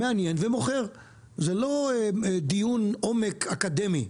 זה לא דיון עומק אקדמי.